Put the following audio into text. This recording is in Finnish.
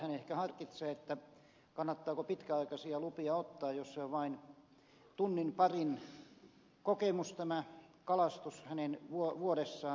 hän ehkä harkitsee kannattaako pitkäaikaisia lupia ottaa jos se on vain tunnin parin kokemus tämä kalastus hänen vuodessaan